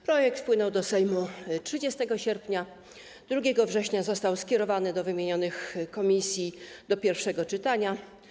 Projekt wpłynął do Sejmu 30 sierpnia, 2 września został skierowany do wymienionych komisji do pierwszego czytania.